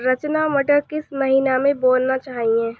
रचना मटर किस महीना में बोना चाहिए?